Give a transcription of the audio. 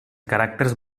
caràcters